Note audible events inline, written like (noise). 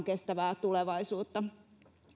(unintelligible) kestävää tulevaisuutta